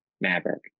Maverick